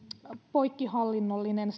poikkihallinnollinen